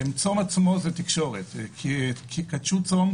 הצום עצמו זה תקשורת "קדשו צום,